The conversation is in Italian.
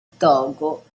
togo